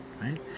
right